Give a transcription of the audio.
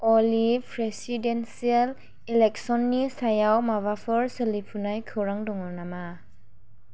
अली presidential इलेक्सननि सायाव माबाफोर सोलिफुनाय खौरां दङ नामा